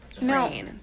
No